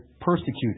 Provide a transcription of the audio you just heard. persecuted